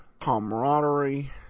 camaraderie